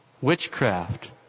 witchcraft